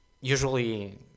usually